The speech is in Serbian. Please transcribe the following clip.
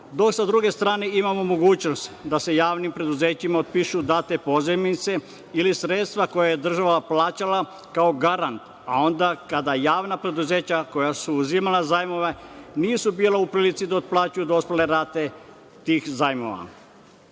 dok sa druge strane imamo mogućnost da se javnim preduzećima otpišu date pozajmice ili sredstva koja je država plaćala kao garant, a onda kada javna preduzeća, koja su uzimala zajamove, nisu bila u prilici da otplaćuju dospele rate tih zajmova. Ovom